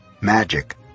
magic